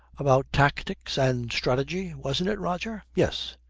about tactics and strategy, wasn't it, roger yes.